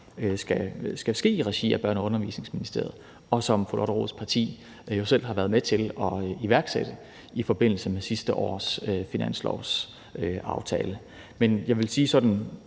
skal ske i regi af Børne- og Undervisningsministeriet, og som fru Lotte Rods parti selv har været med til at iværksætte i forbindelse med sidste års finanslovsaftale. Men jeg vil sige sådan